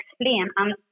explain